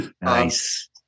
Nice